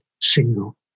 single